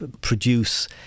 produce